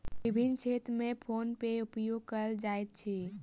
विभिन्न क्षेत्र में फ़ोन पे के उपयोग कयल जाइत अछि